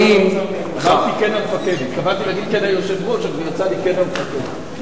אבל יצא לי: כן, המפקד.